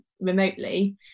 remotely